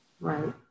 Right